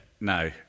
No